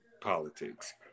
politics